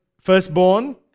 firstborn